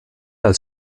als